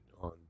on